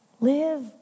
live